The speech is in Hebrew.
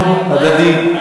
פרגון הדדי.